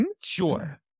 Sure